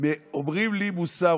ואומרים לי מוסר.